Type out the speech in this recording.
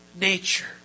nature